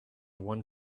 one